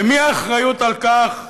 למי האחריות לכך?